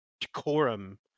decorum